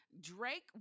Drake